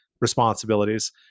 responsibilities